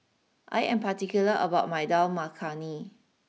I am particular about my Dal Makhani